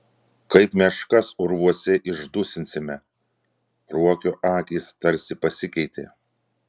kaip meškas urvuose išdusinsime ruokio akys tarsi pasikeitė